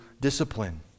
discipline